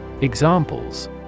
Examples